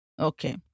Okay